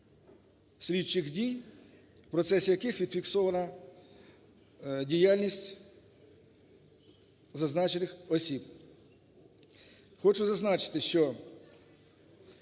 слідчих дій, в процесі яких відфіксована діяльність зазначених осіб. Хочу зазначити, що